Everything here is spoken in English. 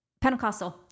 Pentecostal